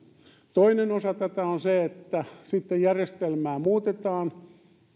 toinen osa tätä on se että järjestelmää muutetaan